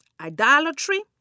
idolatry